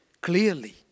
clearly